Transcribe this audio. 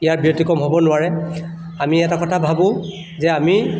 ইয়াৰ ব্যতিক্ৰম হ'ব নোৱাৰে আমি এটা কথা ভাবোঁ যে আমি